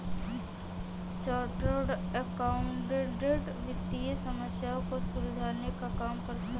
chartered accountant वित्तीय समस्या को सुलझाने का काम करता है